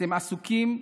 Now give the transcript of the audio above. אתם עסוקים,